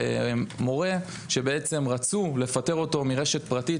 מורה שרצו לפטר אותו מרשת פרטית,